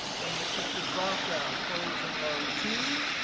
so i'm going to click the dropdown, close and load to.